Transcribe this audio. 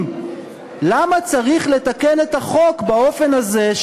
למה צריך לתקן את החוק באופן הזה,